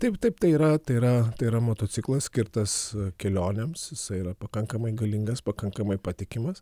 taip taip tai yra tai yra tai yra motociklas skirtas kelionėms jisai yra pakankamai galingas pakankamai patikimas